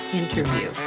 interview